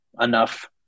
enough